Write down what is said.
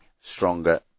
stronger